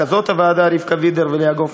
רכזות הוועדה רבקה וידר ולאה גופר,